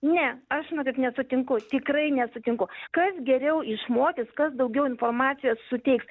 ne aš na taip nesutinku tikrai nesutinku kas geriau išmokys kas daugiau informacijos suteiks